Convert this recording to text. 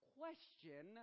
question